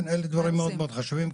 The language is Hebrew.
כן אלה דברים מאוד מאוד חשובים.